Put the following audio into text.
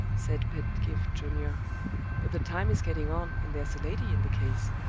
said pedgift junior but the time is getting on, and there's a lady in the case.